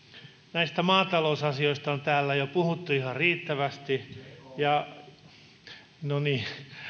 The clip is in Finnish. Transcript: näistä maatalousasioista on täällä jo puhuttu ihan riittävästi no niin